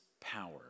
power